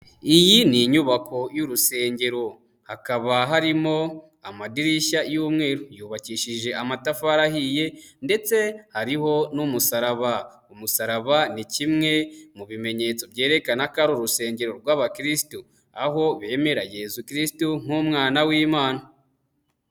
Iyi ni inyubako y'urusengero hakaba harimo amadirishya y'umweru, yubakishije amatafari arahiye ndetse hariho n'umusaraba, umusaraba ni kimwe mu bimenyetso byerekana ko ari urusengero rw'abakirisitu aho bemera Yezu Kirisito nk'umwana w'Imana.